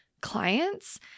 clients